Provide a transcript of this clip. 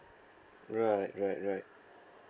right right right